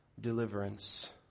deliverance